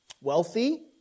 wealthy